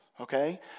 Okay